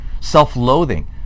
self-loathing